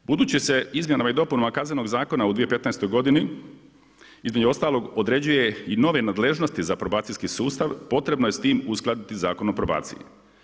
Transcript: Budući se izmjenama i dopunama Kaznenog zakona u 2015. godini između ostalog određuje i nove nadležnosti za probacijski sustav, potrebno je s tim uskladiti Zakon o probaciji.